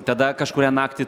tada kažkurią naktį